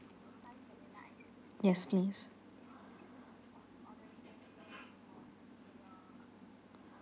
yes please